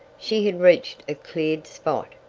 she had reached a cleared spot,